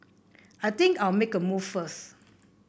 I think I'll make a move first